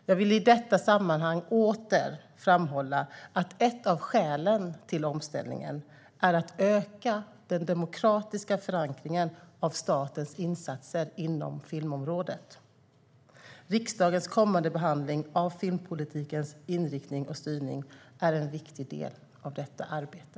Jag vill i detta sammanhang åter framhålla att ett av skälen till omställningen är att öka den demokratiska förankringen av statens insatser inom filmområdet. Riksdagens kommande behandling av filmpolitikens inriktning och styrning är en viktig del av detta arbete.